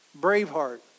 Braveheart